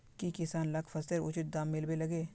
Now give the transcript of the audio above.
की किसान लाक फसलेर उचित दाम मिलबे लगे?